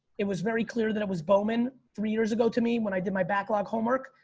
it was very clear that it was bowman three years ago to me when i did my backlog homework.